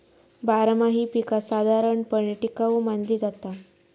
बारमाही पीका साधारणपणे टिकाऊ मानली जाता